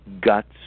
guts